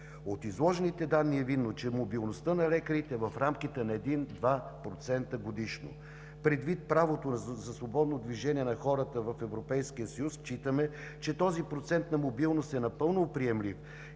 От изложените данни е видно, че мобилността на лекарите е в рамките на 1 – 2% годишно. Предвид правото за свободно движение на хората в Европейския съюз считаме, че този процент на мобилност е напълно приемлив